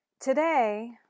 today